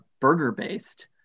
burger-based